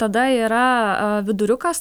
tada yra viduriukas